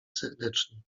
serdecznie